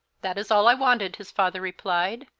that is all i wanted, his father replied.